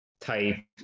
type